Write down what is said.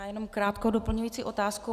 Já jenom krátkou doplňující otázku.